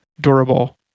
durable